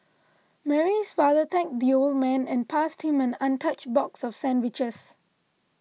Mary's father thanked the old man and passed him an untouched box of sandwiches